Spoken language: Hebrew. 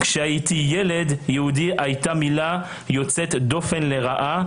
כשהייתי ילד יהודי הייתה מילה יוצאת דופן לרעה,